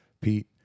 Pete